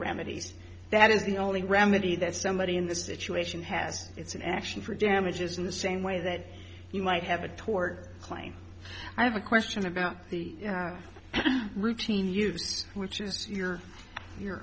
remedies that is the only remedy that somebody in this situation has it's an action for damages in the same way that you might have a tort claim i have a question about the routine use which is your your